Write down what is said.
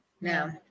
no